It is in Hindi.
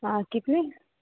हाँ कितने